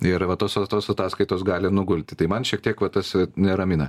ir va tos va tos ataskaitos gali nugulti tai man šiek tiek va tas neramina